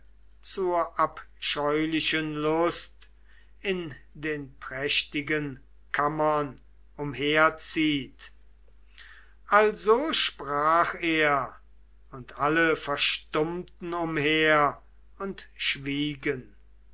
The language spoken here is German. zur abscheulichen lust in den prächtigen kammern umherzieht also sprach er und alle verstummten umher und schwiegen